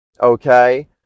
okay